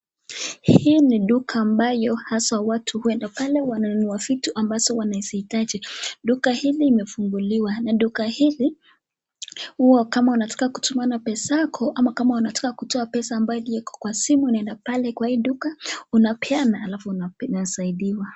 Hii ni duka ambayo hasa watu huenda pale wananunua vitu ambayo wanazihitaji. Duka hili limefunguliwa, na duka hili huwa kama unataka kutumana pesa yako ama kama unataka kutoa pesa ambaye iko kwa simu unaenda pale kwa hii duka, unapeana alafu unasaidiwa.